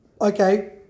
Okay